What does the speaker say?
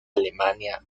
alemania